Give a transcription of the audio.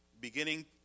Beginning